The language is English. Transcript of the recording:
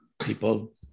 people